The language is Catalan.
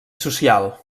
social